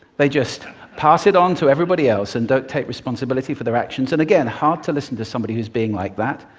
they just pass it on to everybody else and don't take responsibility for their actions, and again, hard to listen to somebody who is being like that.